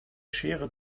schere